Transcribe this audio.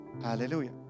Hallelujah